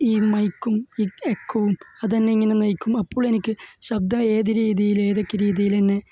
ഈ മൈക്കും ഈ എക്കോവും അതെന്നെയിങ്ങനെ നയിക്കും അപ്പോൾ എനിക്ക് ശബ്ദം ഏതു രീതിയിൽ ഏതൊക്കെ രീതിയിൽ എന്നെ